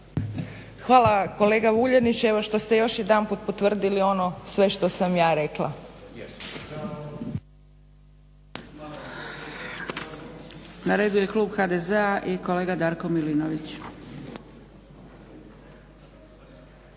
Hvala kolega Vuljanić evo što ste još jedanput potvrdili sve ono što sam ja rekla.